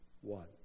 one